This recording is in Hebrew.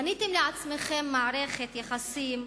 בניתם לעצמכם מערכת יחסים,